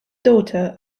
daughter